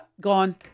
gone